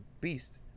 beast